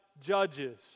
judges